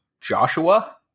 Joshua